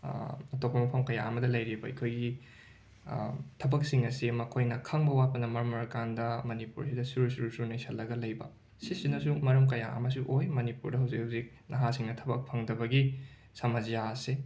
ꯑꯇꯣꯞꯄ ꯃꯐꯝ ꯀꯌꯥ ꯑꯃꯗ ꯂꯩꯔꯤꯕ ꯑꯩꯈꯣꯏꯒꯤ ꯊꯕꯛꯁꯤꯡ ꯑꯁꯦ ꯃꯈꯣꯏꯅ ꯈꯪꯕ ꯋꯥꯠꯄꯅ ꯃꯔꯝ ꯑꯣꯏꯔꯀꯥꯟꯗ ꯃꯅꯤꯄꯨꯔꯁꯤꯗ ꯁꯨꯔ ꯁꯨꯔ ꯁꯨꯔ ꯅꯩꯁꯜꯂꯒ ꯂꯩꯕ ꯁꯤꯁꯤꯅꯁꯨ ꯃꯔꯝ ꯀꯌꯥ ꯑꯃꯁꯨ ꯑꯣꯏ ꯃꯅꯤꯄꯨꯔꯗ ꯍꯧꯖꯤꯛ ꯍꯧꯖꯤꯛ ꯅꯍꯥꯁꯤꯡꯅ ꯊꯕꯛ ꯐꯪꯗꯕꯒꯤ ꯁꯃꯁ꯭ꯌꯥ ꯑꯁꯤ